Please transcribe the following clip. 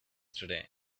today